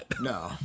No